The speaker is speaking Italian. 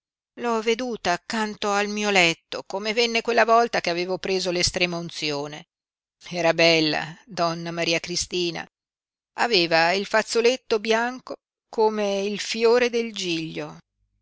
l'ho veduta accanto al mio letto come venne quella volta che avevo preso l'estrema unzione era bella donna maria cristina aveva il fazzoletto bianco come il fiore del giglio